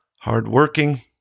hardworking